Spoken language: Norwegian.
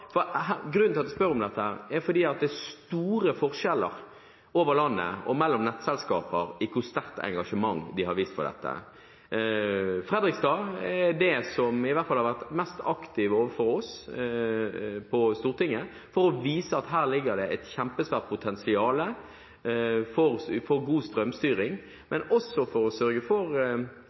Grunnen til at jeg spør om dette, er at det er store forskjeller i landet og mellom nettselskaper på hvor sterkt engasjement de har vist for dette. Det er i Fredrikstad man har vært mest aktive overfor oss på Stortinget, for å vise at det her ligger et kjempesvært potensial for god strømstyring, men også for å sørge for